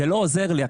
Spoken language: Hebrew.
זה לא עוזר לי,